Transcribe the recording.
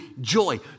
joy